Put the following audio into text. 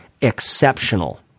exceptional